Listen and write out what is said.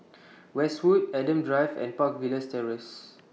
Westwood Adam Drive and Park Villas Terrace